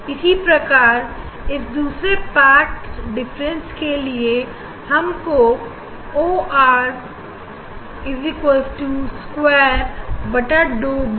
इसी प्रकारइस दूसरे पाठ के लिए आपको मिलेगा ओ आर स्क्वायर बटा दो बी